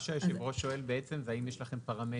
מה שיושב הראש שואל בעצם זה האם יש לכם פרמטרים?